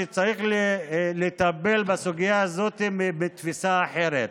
שצריך לטפל בסוגיה הזאת בתפיסה אחרת.